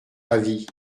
ravi